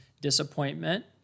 disappointment